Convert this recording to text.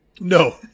no